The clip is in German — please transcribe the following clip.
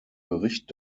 bericht